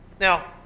Now